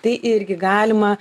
tai irgi galima